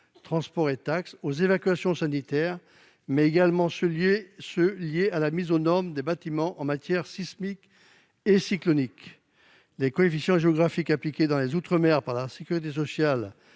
transports et taxes -, aux évacuations sanitaires, mais également à la mise aux normes des bâtiments en matière sismique et cyclonique. Les coefficients géographiques appliqués dans les outre-mer par la sécurité sociale